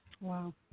Wow